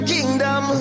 Kingdom